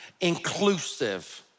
inclusive